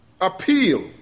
appeal